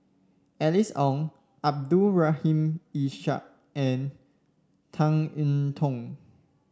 Alice Ong Abdul Rahim Ishak and Tan I Tong